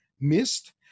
missed